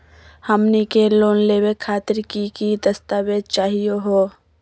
हमनी के लोन लेवे खातीर की की दस्तावेज चाहीयो हो?